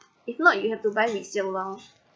if not you have to buy resale lor